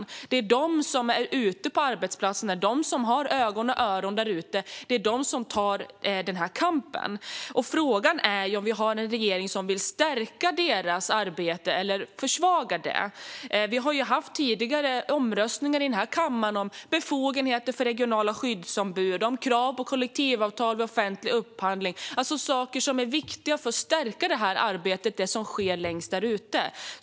Det är facken som är ute på arbetsplatserna och har ögon och öron där ute. Det är de som tar kampen. Frågan är om vi har en regering som vill stärka deras arbete eller försvaga det. Vi har haft omröstningar här i kammaren om befogenheter för regionala skyddsombud och om krav på kollektivavtal vid offentlig upphandling, det vill säga saker som är viktiga för att stärka det arbete som sker längst ut.